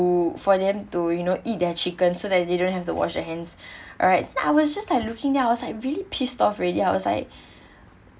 to for them to you know eat their chicken so they didn't have to wash their hands alright then I was just like looking them I was really pissed off already I was like